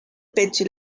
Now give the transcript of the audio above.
pecho